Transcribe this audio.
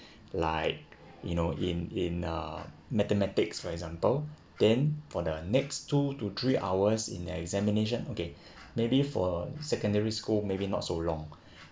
like you know in in uh mathematics for example then for the next two to three hours in examination okay maybe for secondary school maybe not so long